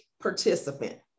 participant